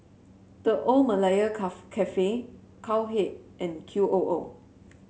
The Old Malaya Cafe Cowhead and Q O O